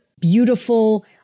beautiful